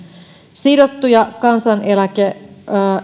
sidottuja kansaneläkkeen